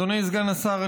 אדוני סגן השר,